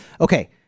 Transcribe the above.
Okay